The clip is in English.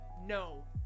No